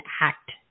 Act